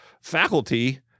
faculty